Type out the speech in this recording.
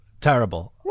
terrible